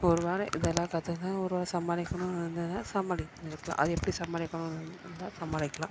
இப்போ ஒருவேளை இதல்லாம் கத்துக்குணுன்னு ஒருவேளை சமாளிக்கணும்னு இருந்ததுன்னா சமாளிக்கலாம் அது எப்படி சமாளிக்கணும் சமாளிக்கலாம்